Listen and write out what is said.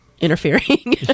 interfering